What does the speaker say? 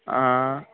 ಹಾಂ